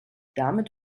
damit